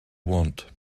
want